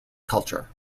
culture